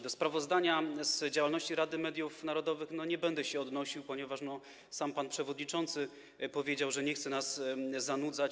Do sprawozdania z działalności Rady Mediów Narodowych nie będę się odnosił, ponieważ sam pan przewodniczący powiedział, że nie chce nas zanudzać.